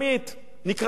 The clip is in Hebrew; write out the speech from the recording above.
נקרא לדגל שם.